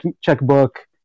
checkbook